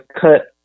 cut